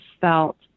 felt